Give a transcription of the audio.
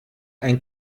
ein